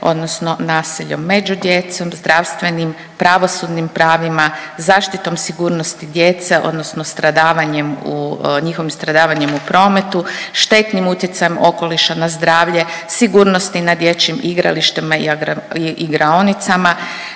odnosno nasilje među djecom, zdravstvenim, pravosudnim pravima, zaštitom sigurnosti djece odnosno njihovim stradavanjem u prometu, štetnim utjecajem okoliša na zdravlje, sigurnosti na dječjim igralištima i igraonicama